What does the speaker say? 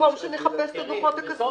הדוחות בורסאיים.